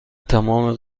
تمام